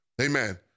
Amen